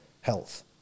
health